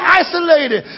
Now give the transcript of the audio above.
isolated